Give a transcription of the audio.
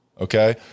Okay